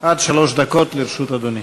עד שלוש דקות לרשות אדוני.